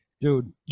dude